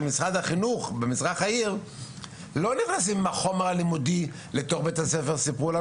משרד החינוך לא נכנסים עם החומר הלימודי לתוך בתי הספר,